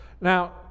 Now